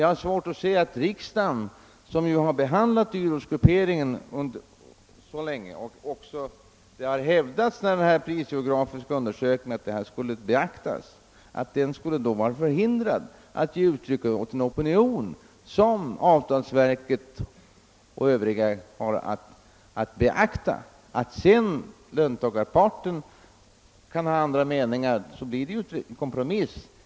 Jag har svårt att se att riksdagen, som så länge har behandlat dyrortsgrupperingen och som också har hävdat att resultatet av den prisgeografiska undersökningen skall beaktas, skulle vara förhindrad att ge uttryck åt en uppfattning som avtalsverket och övriga har att beakta. Att löntagarparten kan ha annan mening föranleder då en kompromiss.